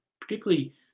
particularly